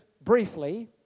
briefly